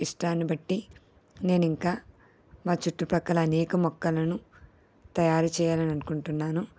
ఇష్టాన్ని బట్టి నేను ఇంకా మా చుట్టుపక్కల అనేక మొక్కలను తయారు చేయాలని అనుకుంటున్నాను